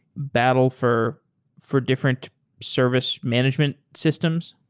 battle for for different service management systems?